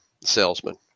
salesman